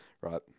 Right